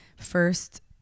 First